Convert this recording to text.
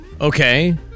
Okay